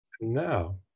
Now